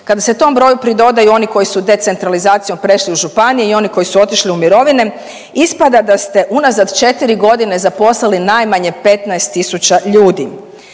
kada se tom broju pridodaju i oni koji su decentralizacijom prešli u županije i oni koji su otišli u mirovine ispada da ste unazad četiri godine zaposlili najmanje 15.000 ljudi.